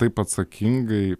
taip atsakingai